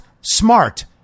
smart